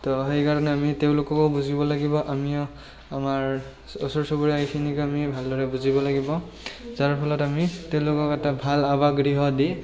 তো সেইকাৰণে আমি তেওঁলোককো বুজিব লাগিব আমিও আমাৰ ওচৰ চুবুৰীয়া এইখিনিক আমি ভালদৰে বুজিব লাগিব যাৰ ফলত আমি তেওঁলোকক এটা ভাল আৱাসগৃহ দি